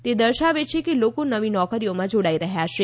તે દર્શાવે છે કે લોકો નવી નોકરીઓમાં જોડાઇ રહ્યા છે